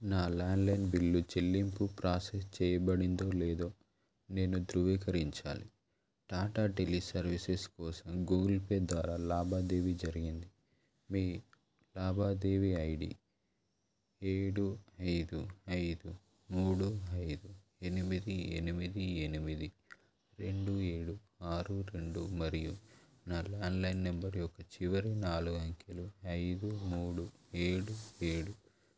నా ల్యాండ్లైన్ బిల్లు చెల్లింపు ప్రాసెస్ చేయబడిందో లేదో నేను ధృవీకరించాలి టాటా టెలి సర్వీసెస్ కోసం గూగుల్ పే ద్వారా లావాదేవీ జరిగింది మీ లావాదేవీ ఐడి ఏడు ఐదు ఐదు మూడు ఐదు ఎనిమిది ఎనిమిది ఎనిమిది రెండు ఏడు ఆరు రెండు మరియు నా ల్యాండ్లైన్ నెంబర్ యొక్క చివరి నాలుగు అంకెలు ఐదు మూడు ఏడు ఏడు